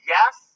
Yes